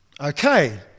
Okay